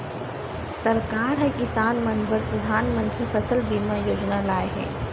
सरकार ह किसान मन बर परधानमंतरी फसल बीमा योजना लाए हे